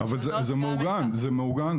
זה מעוגן.